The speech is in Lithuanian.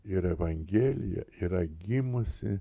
ir evangelija yra gimusi